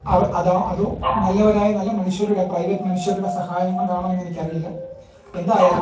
അവ അതോ നല്ലവരായ നല്ല മനുഷ്യരുടെ പ്രൈവറ്റ് മനുഷ്യരുടെ സഹായം കൊണ്ടാണോ എന്ന് എനിക്ക് അറിയില്ല എന്തായാലും